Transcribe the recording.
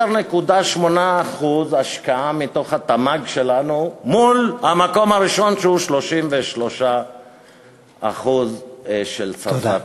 15.8% השקעה מהתמ"ג שלנו מול המקום הראשון שהוא 33% של צרפת,